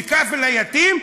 ל"קאפל היתים",